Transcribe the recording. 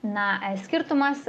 na skirtumas